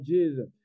Jesus